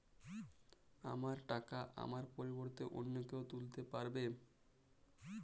আমার টাকা আমার পরিবর্তে অন্য কেউ তুলতে পারবে?